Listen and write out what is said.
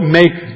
make